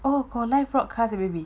oh got live broadcast leh baby